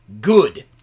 good